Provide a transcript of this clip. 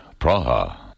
Praha